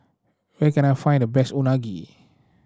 where can I find the best Unagi